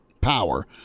power